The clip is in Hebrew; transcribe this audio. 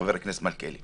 חבר הכנסת מלכיאלי